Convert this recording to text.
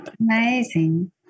amazing